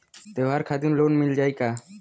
त्योहार खातिर लोन मिल जाई का?